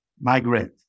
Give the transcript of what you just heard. migrate